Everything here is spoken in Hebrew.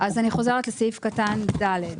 אז אני חוזרת לסעיף קטן (ד).